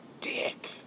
dick